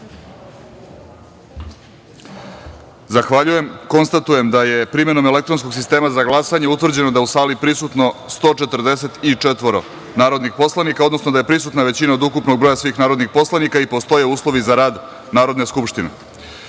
glasanje. Zahvaljujem. Konstatujem da je primenom elektronskog sistema za glasanje utvrđeno da je u sali prisutno 144 narodna poslanika, odnosno da je prisutna većina od ukupnog broja svih narodnih poslanika i da postoje uslovi za rad Narodne